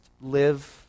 live